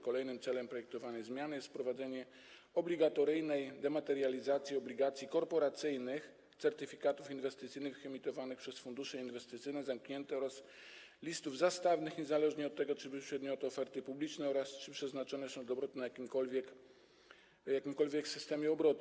Kolejnym celem projektowanej zmiany jest wprowadzenie obligatoryjnej dematerializacji obligacji korporacyjnych, certyfikatów inwestycyjnych emitowanych przez fundusze inwestycyjne zamknięte oraz listów zastawnych niezależnie od tego, czy były przedmiotem oferty publicznej oraz czy przeznaczone są do obrotu w jakimkolwiek systemie obrotu.